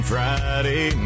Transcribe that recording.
Friday